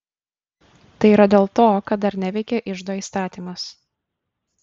tai yra dėl to kad dar neveikia iždo įstatymas